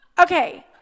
Okay